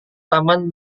taman